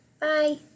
Bye